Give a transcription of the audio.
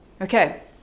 Okay